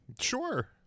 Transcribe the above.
Sure